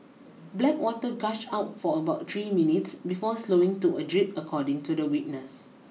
black water gushed out for about three minutes before slowing to a drip according to the witness